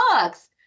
books